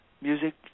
music